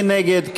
מי נגד?